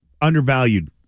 undervalued